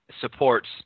supports